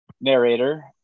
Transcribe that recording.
narrator